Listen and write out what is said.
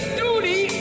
duty